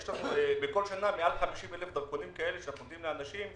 יש לנו בכל שנה יותר מ-50,000 דרכונים כאלה שאנחנו נותנים לאנשים,